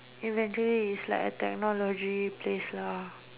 eventually it's like a technology place ah